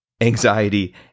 anxiety